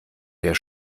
der